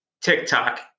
TikTok